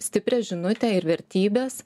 stiprią žinutę ir vertybes